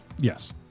Yes